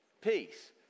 peace